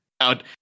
out –